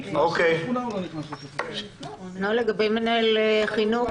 מה לגבי חינוך?